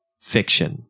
Fiction